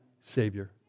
Savior